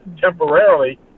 temporarily